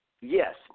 Yes